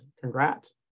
congrats